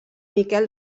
miquel